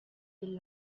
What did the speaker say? del